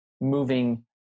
moving